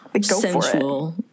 sensual